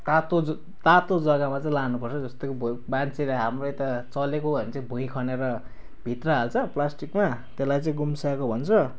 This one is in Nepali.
तातो जग् तातो जग्गामा चाहिँ लानुपर्छ जस्तो कि मान्छेले हाम्रो यता चलेको भनेको चाहिँ भुइँ खनेर भित्र हाल्छ प्लास्टिकमा त्यसलाई चाहिँ गुम्स्याएको भन्छ